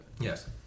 Yes